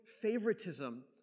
favoritism